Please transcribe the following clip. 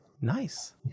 Nice